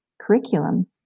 curriculum